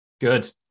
good